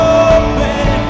open